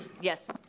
Yes